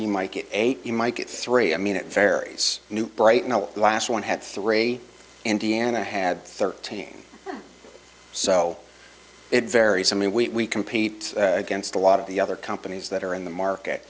you might get eight you might get three i mean it varies new right now the last one had three indiana had thirteen so it varies some we compete against a lot of the other companies that are in the market